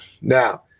now